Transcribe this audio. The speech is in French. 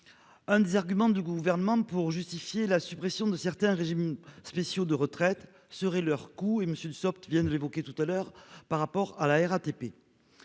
L'un des arguments du Gouvernement pour justifier la suppression de certains régimes spéciaux de retraite serait leur coût ; M. Dussopt l'évoquait tout à l'heure à propos de la RATP.